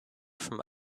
from